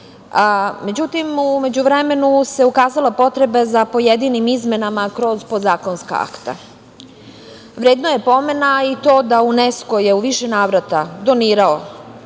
Međutim, ukazala se potreba za pojedinim izmenama kroz podzakonska akta. Vredno je pomena i to da je UNESKO u više navrata donirao